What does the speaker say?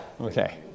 okay